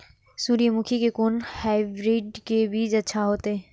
सूर्यमुखी के कोन हाइब्रिड के बीज अच्छा होते?